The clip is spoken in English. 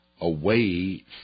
away